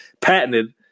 patented